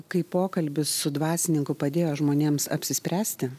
kai pokalbis su dvasininku padėjo žmonėms apsispręsti